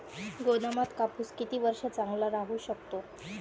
गोदामात कापूस किती वर्ष चांगला राहू शकतो?